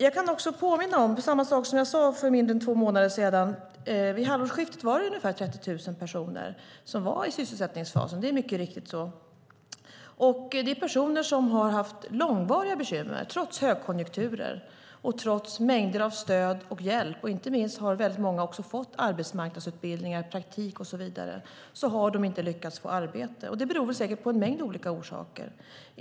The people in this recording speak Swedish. Jag kan också påminna om samma sak som jag sade för mindre än två månader sedan. Vid halvårsskiftet var det ungefär 30 000 personer som var i sysselsättningsfasen. Det är mycket riktigt så. Det är personer som har haft långvariga bekymmer trots högkonjunkturen och trots mängder av stöd och hjälp. Inte minst har väldigt många också fått arbetsmarknadsutbildningar, praktik och så vidare, men trots detta har de inte lyckats få arbete. Det beror säkert på en mängd olika saker.